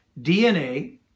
DNA